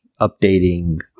updating